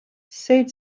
said